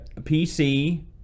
PC